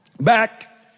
Back